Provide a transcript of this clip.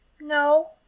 No